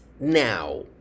now